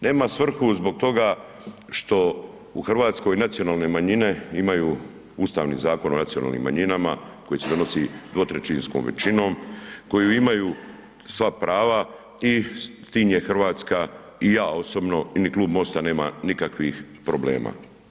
Nema svrhu zbog toga što u Hrvatskoj nacionalne manjine imaju Ustavni zakon o nacionalnim manjinama koji se donosi 2/3 većinom koju imaju sva prava i s tim je Hrvatska i ja osobno i ni Klub MOST-a nema nikakvih problema.